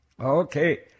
Okay